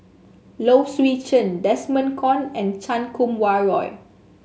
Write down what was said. Low Swee Chen Desmond Kon and Chan Kum Wah Roy